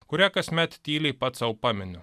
kurią kasmet tyliai pats sau paminiu